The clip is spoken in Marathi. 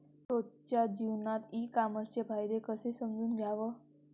रोजच्या जीवनात ई कामर्सचे फायदे कसे समजून घ्याव?